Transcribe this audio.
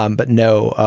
um but no,